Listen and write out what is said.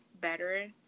better